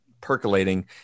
percolating